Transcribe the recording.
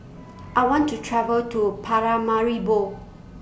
I want to travel to Paramaribo